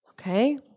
Okay